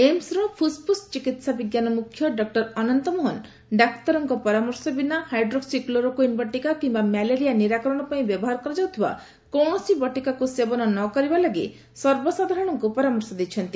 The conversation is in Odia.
ଏମ୍ସର ଫୁସ୍ଫୁସ୍ ଚିକିତ୍ସା ବିଭାଗ ମୁଖ୍ୟ ଡକୁର ଅନନ୍ତ ମୋହନ ଡାକ୍ତରଙ୍କ ପରାମର୍ଶ ବିନା ହାଇଡ୍ରୋକ୍ସି କ୍ଲୋରୋକୁଇନ୍ ବଟିକା କିମ୍ବା ମ୍ୟାଲେରିଆ ନିରାକରଣ ପାଇଁ ବ୍ୟବହାର କରାଯାଉଥିବା କୌଣସି ବଟିକାକୁ ସେବନ ନ କରିବା ଲାଗି ସର୍ବସାଧାରଣଙ୍କୁ ପରାମର୍ଶ ଦେଇଛନ୍ତି